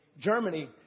Germany